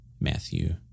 matthew